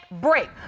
break